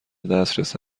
دسترس